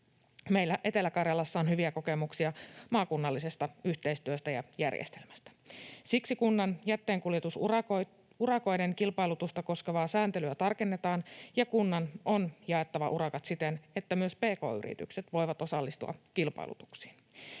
Meillä Etelä-Karjalassa on hyviä kokemuksia maakunnallisesta yhteistyöstä ja järjestelmästä. Siksi kunnan jätteenkuljetusurakoiden kilpailutusta koskevaa sääntelyä tarkennetaan ja kunnan on jaettava urakat siten, että myös pk-yritykset voivat osallistua kilpailutuksiin.